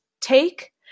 take